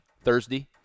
Thursday